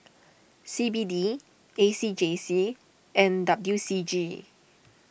C B D A C J C and W C G